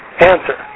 Answer